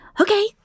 Okay